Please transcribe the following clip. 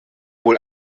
wohl